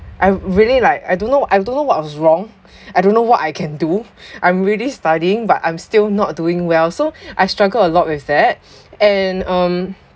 I really like I don't know I don't know what was wrong I don't know what I can do I'm really studying but I'm still not doing well so I struggle a lot with that and um